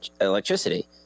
electricity